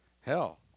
Hell